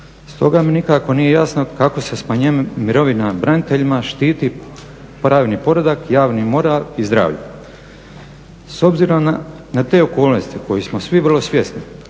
Stoga mi nikako nije jasno kako se smanjenjem mirovina braniteljima štiti pravni poredak, javni moral i zdravlje. S obzirom na te okolnosti kojih smo svi vrlo svjesni,